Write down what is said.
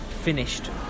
finished